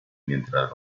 mientras